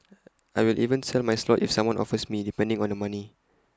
I will even sell my slot if someone offers me depending on the money